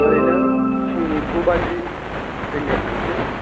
ओरैनो फुंनि गु बाजि रिंगायाव थांनोसै